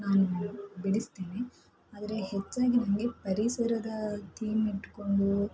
ನಾನು ಬಿಡಿಸ್ತೇನೆ ಆದರೆ ಹೆಚ್ಚಾಗಿ ನನಗೆ ಪರಿಸರದ ಥೀಮ್ ಇಟ್ಟುಕೊಂಡು